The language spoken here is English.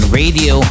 radio